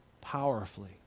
powerfully